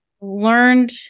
learned